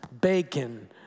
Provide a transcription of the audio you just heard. bacon